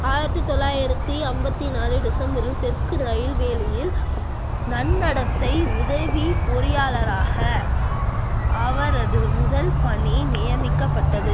ஆயிரத்து தொள்ளாயிரத்து ஐம்பத்தி நாலு டிசம்பரில் தெற்கு ரயில்வேலியில் நன்னடத்தை உதவி பொறியாளராக அவரது முதல் பணி நியமிக்கப்பட்டது